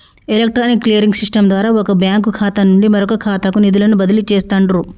electronic clearing system ద్వారా వొక bank ఖాతా నుండి మరొకఖాతాకు నిధులను బదిలీ చేస్తండ్రు